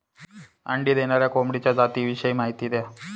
अंडी देणाऱ्या कोंबडीच्या जातिविषयी माहिती द्या